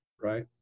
right